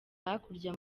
hakurya